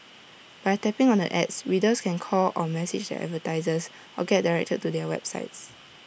by tapping on the ads readers can call or message the advertisers or get directed to their websites